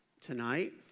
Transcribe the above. tonight